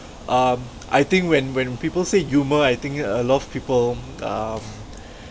uh I think when when people say humour I think a lot of people um